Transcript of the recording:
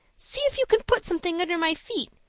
see if you can put something under my feet.